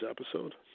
episode